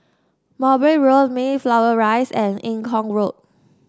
Mowbray Road Mayflower Rise and Eng Kong Road